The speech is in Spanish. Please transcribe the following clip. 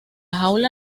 jaula